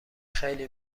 خیلی